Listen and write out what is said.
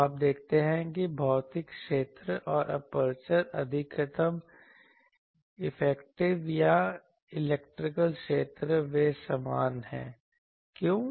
तो आप देखते हैं कि भौतिक क्षेत्र और एपर्चर अधिकतम इफेक्टिव या इलेक्ट्रिकल क्षेत्र वे समान हैं क्यों